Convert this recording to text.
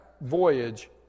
voyage